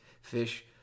fish